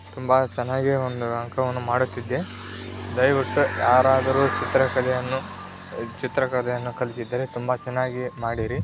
ತುಂಬ ಚೆನ್ನಾಗಿ ಒಂದು ಅಂಕವನ್ನು ಮಾಡುತ್ತಿದ್ದೆ ದಯವಿಟ್ಟು ಯಾರಾದರೂ ಚಿತ್ರಕಲೆಯನ್ನು ಚಿತ್ರಕಲೆಯನ್ನು ಕಲಿತಿದ್ದರೆ ತುಂಬ ಚೆನ್ನಾಗಿ ಮಾಡಿರಿ